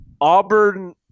Auburn